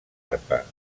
arpa